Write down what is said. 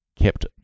Kept